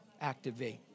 activate